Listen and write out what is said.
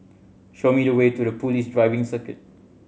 show me the way to The Police Driving Circuit